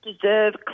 deserve